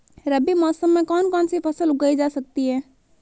रबी मौसम में कौन कौनसी फसल उगाई जा सकती है?